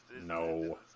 No